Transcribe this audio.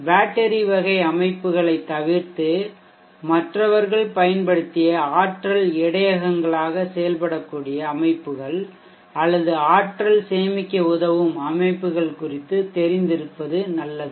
battery வகை அமைப்புகளைத் தவிர்த்து மற்றவர்கள் பயன்படுத்திய ஆற்றல் இடையகங்களாக செயல்படக்கூடிய அமைப்புகள் அல்லது ஆற்றல் சேமிக்க உதவும் அமைப்புகள் குறித்து தெரிந்திருப்பது நல்லது